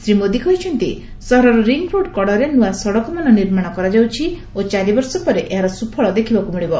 ଶ୍ରୀ ମୋଦି କହିଛନ୍ତି ସହରର ରିଙ୍ଗରୋଡ଼ କଡରେ ନୂଆ ସଡ଼କମାନ ନିର୍ମାଣ କରାଯାଉଛି ଓ ଚାରିବର୍ଷ ପରେ ଏହାର ସୁଫଳ ଦେଖିବାକୁ ମିଳିବ